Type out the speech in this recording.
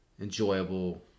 enjoyable